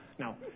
Now